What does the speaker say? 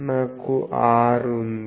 నాకు r ఉంది